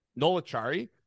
Nolachari